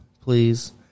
please